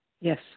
Yes